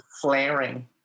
flaring